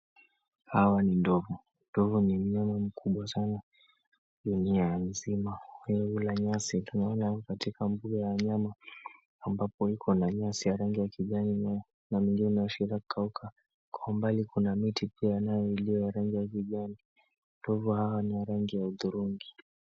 Hawa ni ndovu, ndovu ni mnyama wakubwa sana dunia mzima, wanakula nyasi. Tunaona katika mbuga la wanyama ambayo iko na nyasi ya rangi ya kijani na mimea iliyokauka. Kwa umbali pia kuna miti iliyo ya rangi ya kijani, ndovu hawa ni wa rangi ya hudhurungi.